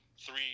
three